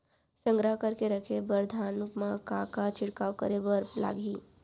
संग्रह करके रखे बर धान मा का का छिड़काव करे बर लागही?